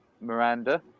Miranda